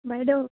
বাইদেউ